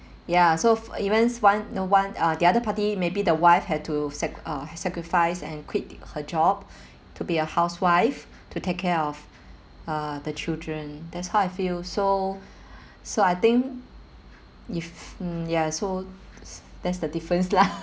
ya so even one the one uh the other party may be the wife have to sac~ uh sacrifice and quit her job to be a housewife to take care of uh the children that's how I feel so so I think if mm ya so that's the difference lah